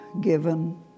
given